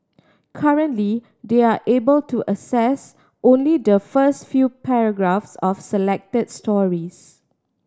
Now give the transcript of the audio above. currently they are able to access only the first few paragraphs of selected stories